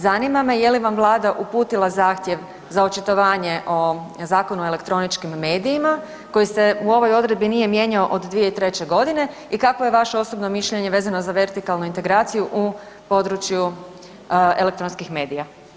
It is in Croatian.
Zanima me je li vam Vlada uputila zahtjev za očitovanje o Zakon o elektroničkim medijima koji se u ovoj odredbi nije mijenjao od 2013. g. i kakvo je vaše osobno mišljenje vezano za vertikalnu integraciju u području elektronskih medija?